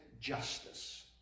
justice